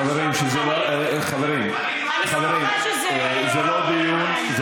חברים, זה לא דיון.